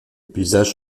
paysages